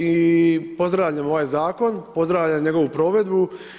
I pozdravljam ovaj zakon, pozdravljam njegovu provedbu.